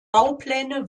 baupläne